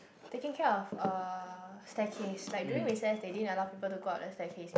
taking care of uh staircase like during recess they didn't allow people to go up the staircase